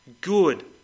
good